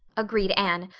agreed anne,